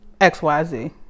XYZ